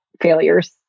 failures